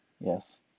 Yes